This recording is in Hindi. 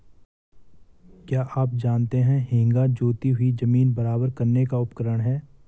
क्या आप जानते है हेंगा जोती हुई ज़मीन बराबर करने का उपकरण है?